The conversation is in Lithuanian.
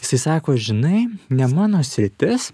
jisai sako žinai ne mano sritis